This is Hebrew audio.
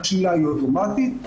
השלילה אוטומטית,